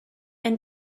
and